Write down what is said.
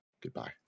Goodbye